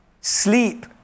Sleep